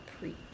preach